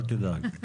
אל תדאג.